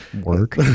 work